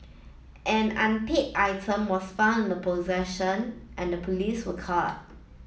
an unpaid item was found in the possession and the police were called